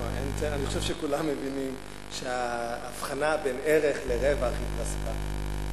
אני חושב שכולם מבינים שההבחנה בין ערך לרווח התרסקה,